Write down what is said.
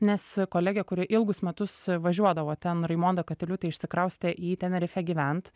nes kolegė kuri ilgus metus važiuodavo ten raimonda katiliūtė išsikraustė į tenerifę gyvent